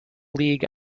league